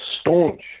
staunch